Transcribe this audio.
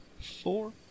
four